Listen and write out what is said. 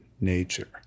nature